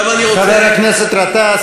חבר הכנסת גטאס,